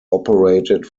operated